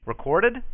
Recorded